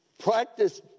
practice